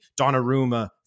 Donnarumma